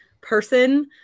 person